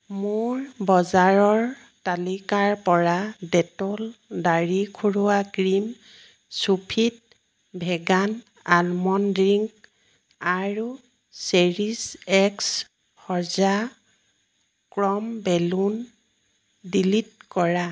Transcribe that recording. মোৰ বজাৰৰ তালিকাৰ পৰা ডেটল দাঢ়ি খুৰোৱা cream Sofit vegan almond drink আৰু চেৰিছ এক্স সজ্জা ক্ৰ'ম বেলুন ডিলিট কৰা